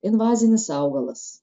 invazinis augalas